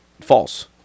False